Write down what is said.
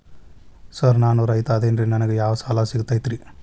Sir ನಾನು ರೈತ ಅದೆನ್ರಿ ನನಗ ಯಾವ್ ಯಾವ್ ಸಾಲಾ ಸಿಗ್ತೈತ್ರಿ?